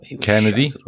Kennedy